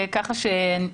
כך שנראה,